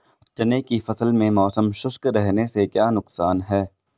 चने की फसल में मौसम शुष्क रहने से क्या नुकसान है?